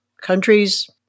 countries